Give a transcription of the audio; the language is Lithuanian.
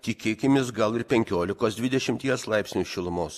tikėkimės gal ir penkiolikos dvidešimties laipsnių šilumos